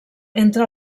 entre